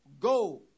go